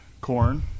corn